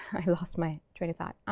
i lost my train of thought.